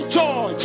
joy